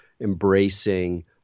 embracing